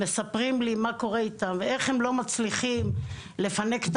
מספרים לי מה קורה איתם ואיך הם לא מצליחים לפנק את